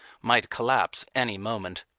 might collapse any moment.